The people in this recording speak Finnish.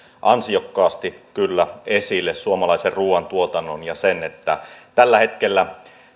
ansiokkaasti kyllä esille suomalaisen ruuantuotannon ja sen että tällä hetkellä